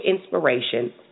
inspiration